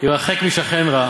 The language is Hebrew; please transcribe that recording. הרחק משכן רע,